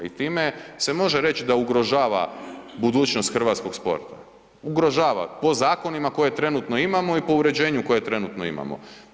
I time se može reći da ugrožava budućnost hrvatskog sporta, ugrožava po zakonima koje trenutno imamo i po uređenju koje trenutno imamo.